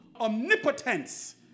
omnipotence